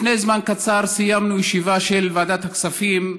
לפני זמן קצר סיימנו ישיבה של ועדת הכספים,